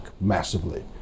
massively